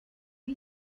või